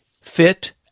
fit